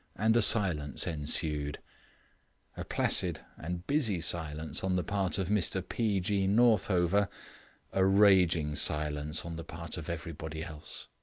and a silence ensued a placid and busy silence on the part of mr p. g. northover a raging silence on the part of everybody else.